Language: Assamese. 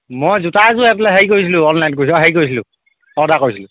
মই জোতাযোৰ এপ্লাই হেৰি কৰিছিলোঁ অনলাইন কৰি অঁ হেৰি কৰিছিলোঁ অৰ্ডাৰ কৰিছিলোঁ